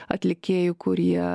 atlikėjų kurie